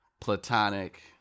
platonic